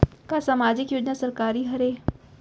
का सामाजिक योजना सरकारी हरे?